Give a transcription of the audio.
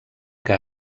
que